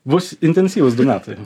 bus intensyvūs du metai